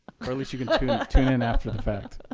or at least you can tune in after the fact.